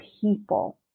people